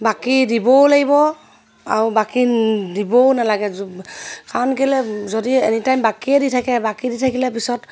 বাকী দিবও লাগিব আৰু বাকী দিবও নালাগে কাৰণ কেলে যদি এনিটাইম বাকীয়ে দি থাকে বাকী দি থাকিলে পিছত